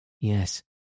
Yes